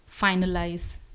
finalize